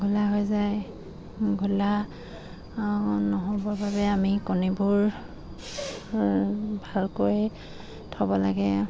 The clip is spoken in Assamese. ঘোলা হৈ যায় ঘোলা নহ'বৰ বাবে আমি কণীবোৰ ভালকৈ থ'ব লাগে